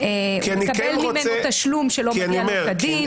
גובה ממנו תשלום שלא מגיע לו כדין.